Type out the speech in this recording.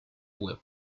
web